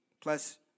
Plus